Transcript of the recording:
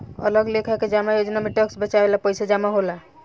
अलग लेखा के जमा योजना में टैक्स बचावे ला पईसा जमा होला